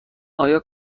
آیا